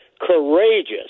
courageous